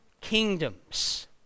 kingdoms